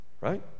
Right